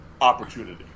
opportunity